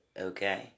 okay